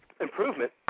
improvement